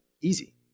Easy